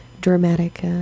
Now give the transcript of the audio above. dramatic